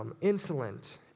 insolent